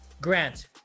Grant